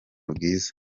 bwiza